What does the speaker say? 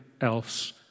else